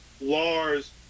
Lars